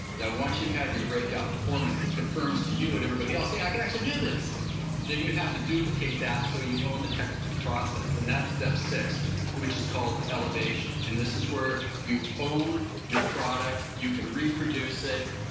yeah once you've had your breakout performance it confirms to you and everybody else hey i can actually do this then you have to duplicate that so you own the technical process and that's step six which is called elevation. and this is where you own your product, you can reproduce it,